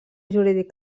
jurídic